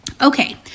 Okay